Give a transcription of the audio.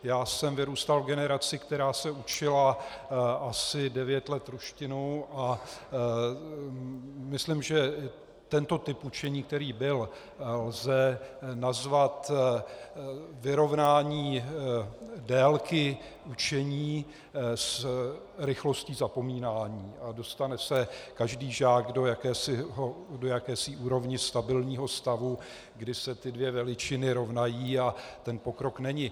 Já jsem vyrůstal v generaci, která se učila asi devět let ruštinu, a myslím, že tento typ učení, který byl, lze nazvat vyrovnání délky učení s rychlostí zapomínání a dostane se každý žák do jakési úrovně stabilního stavu, kdy se ty dvě veličiny rovnají a ten pokrok není.